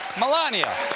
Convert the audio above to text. melania,